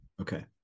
Okay